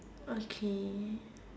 okay